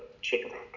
chicken